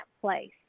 place